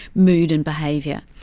mood and behaviour.